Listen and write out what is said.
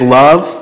love